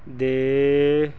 ਦੇ